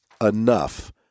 enough